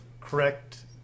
correct